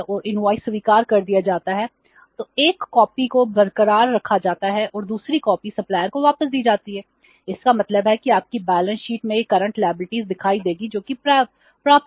invoice दिखाई देगी जो कि प्राप्य है